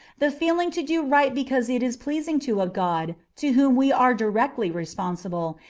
the feeling to do right because it is pleasing to a god to whom we are directly responsible,